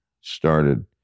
started